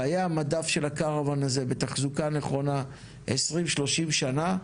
חיי המדף של הקרוואן הזה בתחזוקה נכונה 20-30 שנה,